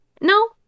no